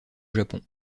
japon